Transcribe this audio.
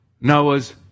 Noah's